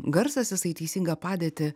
garsas jisai į teisingą padėtį